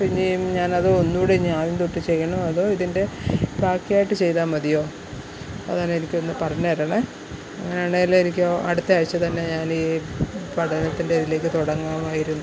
പിന്നെയും ഞാൻ അത് ഒന്നു കൂടെ ഇനി ആദ്യം തൊട്ട് ചെയ്യണോ അതോ ഇതിൻ്റെ ബാക്കിയായിട്ട് ചെയ്താൽ മതിയോ അതൊന്ന് എനിക്ക് ഒന്ന് പറഞ്ഞ് തരണേ അങ്ങയണെങ്കിൽ എനിക്ക് അടുത്ത ആഴ്ച തന്നെ ഞാൻ ഈ പഠനത്തിൻ്റെ ഇതിലേക്ക് തുടങ്ങാമായിരുന്നു